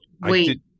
Wait